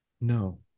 No